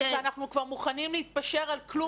שאנחנו כבר מוכנים להתפשר על כלום,